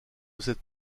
cette